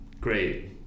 great